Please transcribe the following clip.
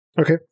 Okay